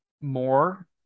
more